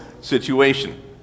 situation